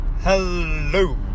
Hello